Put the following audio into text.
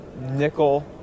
nickel